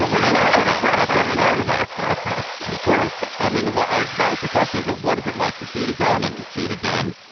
over yeah and over of course. i mean, what i that was the question, is it what is it like to see it again and to see it again?